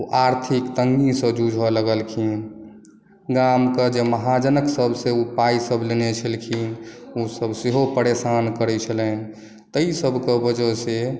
आर्थिक तंगीसँ जूझ लगलखिन गामके महाजनक सभसे जे ओ पाइ लेने छलखिन ओसभ सेहो परेशान करै छलनि ताहि सभक वजहसँ